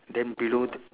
then below the